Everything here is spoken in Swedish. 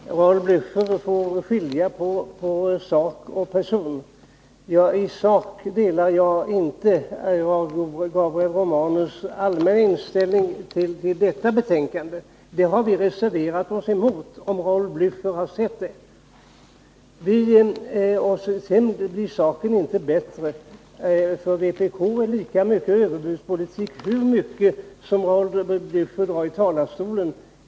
Herr talman! Raul Blächer får skilja på sak och person. Isak delar jag inte Gabriel Romanus allmänna inställning när det gäller det betänkande vi nu behandlar. Där har vi reserverat oss — om Raul Blächer har sett det. Sedan blir det inte bättre hur mycket Raul Blächer än säger i talarstolen: vpk för ändå lika mycket en överbudspolitik.